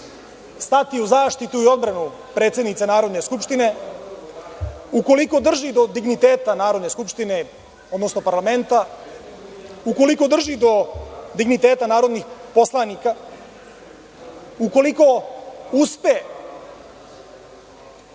stati u zaštitu i odbranu predsednice Narodne skupštine ukoliko drži do digniteta Narodne skupštine, odnosno parlamenta, ukoliko drži do digniteta narodnih poslanika, ukoliko uspe